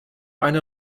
eine